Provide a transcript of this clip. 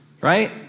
right